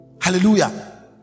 Hallelujah